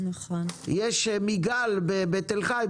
יש את מיגל בתל חי,